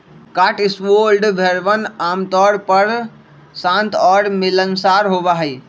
Cotswold भेड़वन आमतौर पर शांत और मिलनसार होबा हई